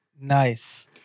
Nice